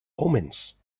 omens